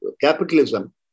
capitalism